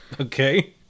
Okay